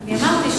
אמרתי,